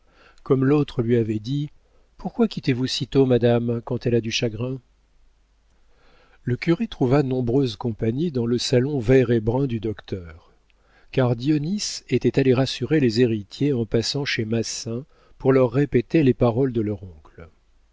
comme l'autre lui avait dit pourquoi quittez vous sitôt madame quand elle a du chagrin le curé trouva nombreuse compagnie dans le salon vert et brun du docteur car dionis était allé rassurer les héritiers en passant chez massin pour leur répéter les paroles de leur